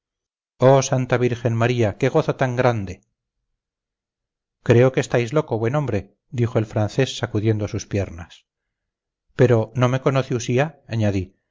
oh santa virgen maría qué gozo tan grande creo que estáis loco buen hombre dijo el francés sacudiendo sus piernas pero no me conoce usía añadí